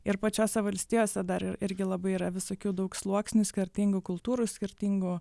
ir pačiose valstijose dar ir irgi labai yra visokių daug sluoksnių skirtingų kultūrų skirtingų